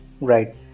Right